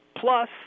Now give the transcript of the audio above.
Plus